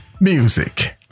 music